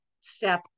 step